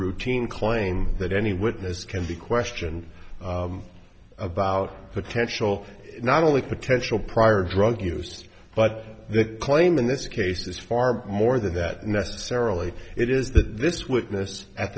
routine claim that any witness can be questioned about potential not only potential prior drug use but that claim in this case is far more than that necessarily it is that this witness at